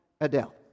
Adele